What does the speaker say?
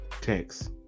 text